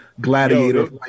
gladiator